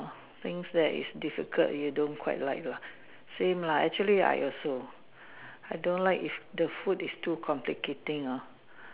things that is difficult you don't quite like lah same lah actually I also I don't like if the food is too complicating hor